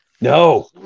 No